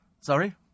sorry